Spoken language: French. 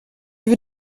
veux